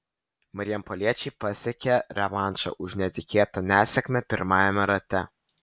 marijampoliečiai pasiekė revanšą už netikėtą nesėkmę pirmajame rate